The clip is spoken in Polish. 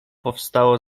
powstało